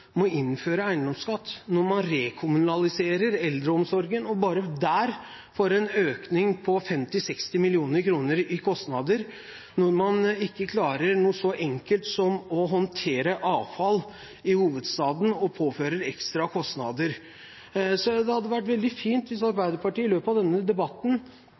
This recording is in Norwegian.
må innføre eiendomsskatt når man rekommunaliserer eldreomsorgen og bare der får en økning på 50–60 mill. kr i kostnader, og når man ikke klarer noe så enkelt som å håndtere avfall og påfører hovedstaden ekstra kostnader. Så det hadde vært veldig fint hvis Arbeiderpartiet i løpet av denne debatten